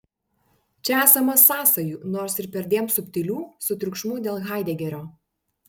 čia esama sąsajų nors ir perdėm subtilių su triukšmu dėl haidegerio